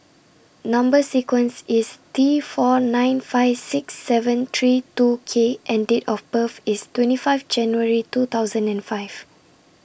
Number sequence IS T four nine five six seven three two K and Date of birth IS twenty five January two thousand and five